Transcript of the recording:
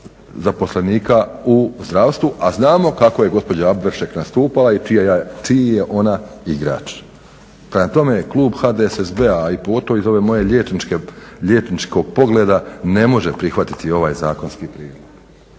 zaposlenika u zdravstvu a znamo kako je gospođa Avberšek nastupala i čiji je ona igrač. Prema tome klub HDSSB-a a i pogotovo iz ove moje liječničkog pogleda ne može prihvatiti ovaj zakonski prijedlog.